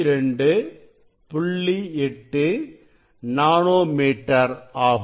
8 nm ஆகும்